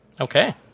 Okay